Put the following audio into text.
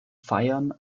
feiern